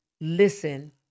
listen